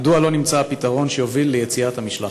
מדוע לא נמצא הפתרון שיוביל ליציאת המשלחת?